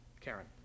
Karen